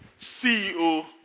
CEO